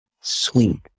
sweet